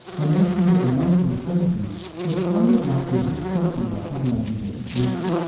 i mentioned that the nineteen seventy s was kind of like the disco era of language education.